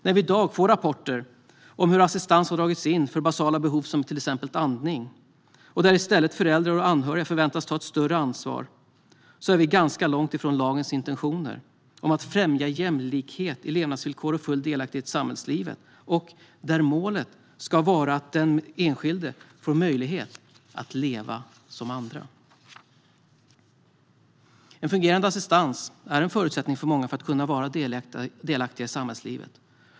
När vi i dag får rapporter om att assistans har dragits in för basala behov, till exempel andning, och att föräldrar och anhöriga i stället förväntas ta ett större ansvar är vi ganska långt från lagens intentioner att främja jämlikhet i levnadsvillkor och full delaktighet i samhällslivet med målet att den enskilde får möjlighet att leva som andra. En fungerande assistans är för många en förutsättning för att kunna vara delaktig i samhällslivet.